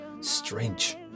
strange